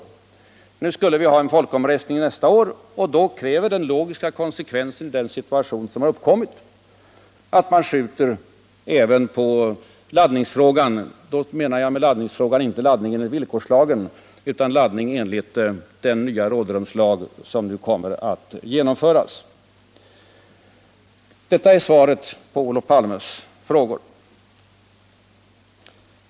En folkomröstning skall ske nästa år, och då kräver den logiska konsekvensen i den situation som har uppkommit att man skjuter även på laddningsfrågan — och då menar jag inte laddning enligt villkorslagen utan laddning enligt den nya rådrumslag som kommer att genomföras. Detta är mitt svar på Olof Palmes fråga.